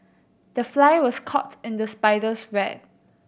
the fly was caught in the spider's web